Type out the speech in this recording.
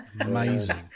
Amazing